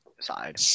side